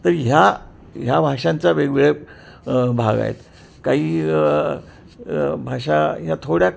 तर ह्या ह्या भाषांचा वेगवेगळ्या भाग आहेत काही भाषा ह्या थोड्या